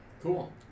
Cool